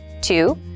two